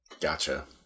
gotcha